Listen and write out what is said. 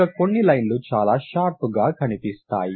ఇక కొన్ని లైన్లు చాలా షార్పుగా కనిపిస్తాయి